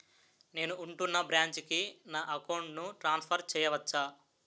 నేను ఉంటున్న బ్రాంచికి నా అకౌంట్ ను ట్రాన్సఫర్ చేయవచ్చా?